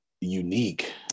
unique